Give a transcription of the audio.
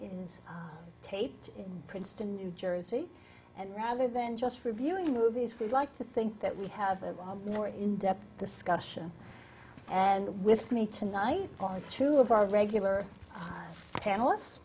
is taped in princeton new jersey and rather than just reviewing movies we like to think that we have a more in depth discussion and with me tonight on two of our regular panelists